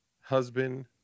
husband